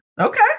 Okay